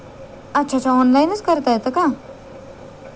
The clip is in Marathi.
अच्छा अच्छा ऑनलाईनच करता येतं का